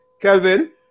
Kelvin